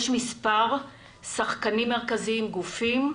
יש מספר שחקנים מרכזיים וגופים.